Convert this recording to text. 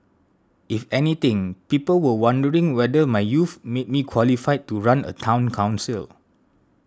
if anything people were wondering whether my youth made me qualified to run a Town Council